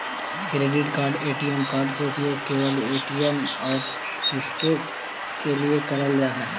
Credit card ATM card के उपयोग केवल ए.टी.एम और किसके के लिए करल जा है?